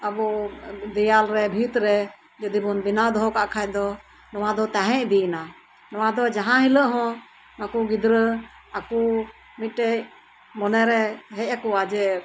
ᱟᱵᱚ ᱫᱮᱭᱟᱞ ᱨᱮ ᱵᱷᱤᱛ ᱨᱮ ᱡᱩᱫᱤ ᱵᱚᱱ ᱵᱮᱱᱟᱣ ᱫᱚᱦᱚ ᱠᱟᱜ ᱠᱷᱟᱡ ᱫᱚ ᱱᱚᱣᱟ ᱫᱚ ᱛᱟᱦᱮᱸ ᱤᱫᱤᱭ ᱱᱟ ᱱᱚᱣᱟ ᱫᱚ ᱡᱟᱦᱟᱸ ᱦᱤᱞᱳᱜ ᱦᱚᱸ ᱱᱩᱠᱩ ᱜᱤᱫᱽᱨᱟᱹ ᱟᱠᱚ ᱢᱤᱫᱴᱮᱡ ᱢᱚᱱᱮᱨᱮ ᱦᱮᱡ ᱟᱠᱚᱣᱟ ᱡᱮ